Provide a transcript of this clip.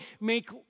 make